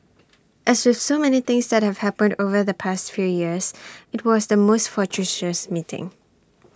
as with so many things that have happened over the past few years IT was the most fortuitous meeting